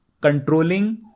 controlling